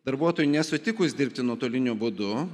darbuotojui nesutikus dirbti nuotoliniu būdu